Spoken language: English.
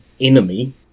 enemy